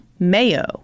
Mayo